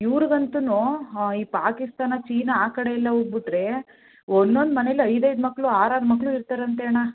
ಇವ್ರಿಗಂತುನು ಹ ಈ ಪಾಕಿಸ್ತಾನ ಚೀನಾ ಆ ಕಡೆಯೆಲ್ಲ ಹೋಗ್ಬುಟ್ರೆ ಒಂದೊಂದು ಮನೆಲಿ ಐದೈದು ಮಕ್ಕಳು ಆರಾರು ಮಕ್ಕಳು ಇರ್ತಾರಂತೆ ಅಣ್ಣ